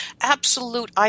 absolute